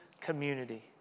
community